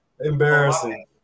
Embarrassing